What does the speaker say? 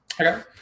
okay